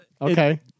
Okay